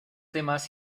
demás